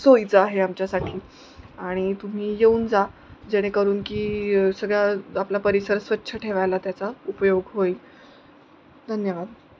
सोयीचं आहे आमच्यासाठी आणि तुम्ही येऊन जा जेणेकरून की सगळ्या आपला परिसर स्वच्छ ठेवायला त्याचा उपयोग होईल धन्यवाद